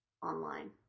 online